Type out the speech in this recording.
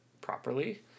properly